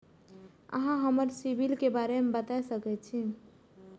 अहाँ हमरा सिबिल के बारे में बता सके छी?